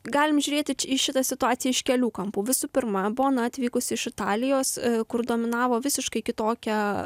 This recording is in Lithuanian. galim žiūrėti į šitą situaciją iš kelių kampų visų pirma bona atvykusi iš italijos kur dominavo visiškai kitokia